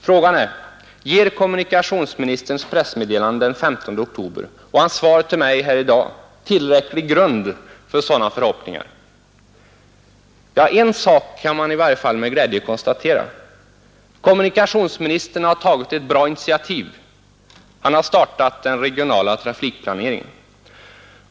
Frågan är: Ger kommunikationsministerns pressmeddelande den 14 oktober och hans svar till mig här i dag tillräcklig grund för sådana förhoppningar? En sak kan man i varje fall med glädje konstatera: kommunikationsministern har tagit ett bra initiativ — han har startat den regionala trafikplaneringen.